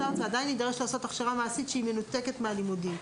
ועדיין יידרש לעשות הכשרה מעשית שהיא מנותקת מהלימודים?